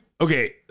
okay